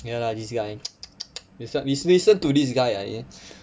ya lah this guy listen to this guy ah you know